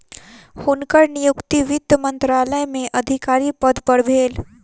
हुनकर नियुक्ति वित्त मंत्रालय में अधिकारी पद पर भेल